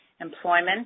employment